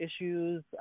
issues